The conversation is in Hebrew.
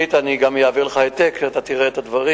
אישית אני גם אעביר לך העתק, ואתה תראה את הדברים.